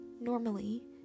Normally